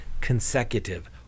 consecutive